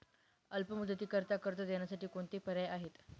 अल्प मुदतीकरीता कर्ज देण्यासाठी कोणते पर्याय आहेत?